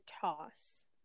toss